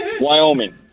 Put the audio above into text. Wyoming